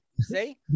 See